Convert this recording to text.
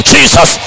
Jesus